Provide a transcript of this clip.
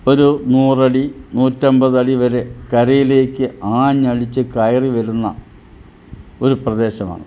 ഒരു നൂറടി നൂറ്റി അൻപതടി വരെ കരയിലേക്ക് ആഞ്ഞടിച്ച് കയറി വരുന്ന ഒരു പ്രദേശമാണ്